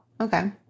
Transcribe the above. okay